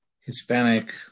Hispanic